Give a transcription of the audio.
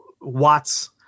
Watts